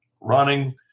running